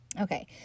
Okay